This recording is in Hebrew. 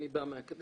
אני בא מהאקדמיה,